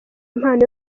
impano